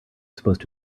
supposed